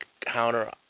counter